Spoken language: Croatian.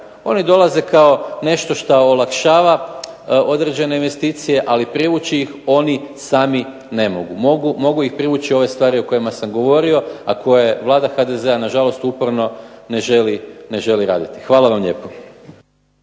Oni dolaze kao nešto što olakšava određene investicije, ali privući ih oni sami ne mogu. Mogu ih privući ove stvari o kojima sam govorio, a koje vlada HDZ-a nažalost, uporno ne želi raditi. Hvala vam lijepo.